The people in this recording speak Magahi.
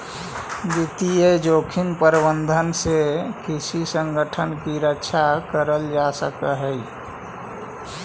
वित्तीय जोखिम प्रबंधन से किसी संगठन की रक्षा करल जा सकलई हे